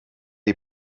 die